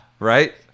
right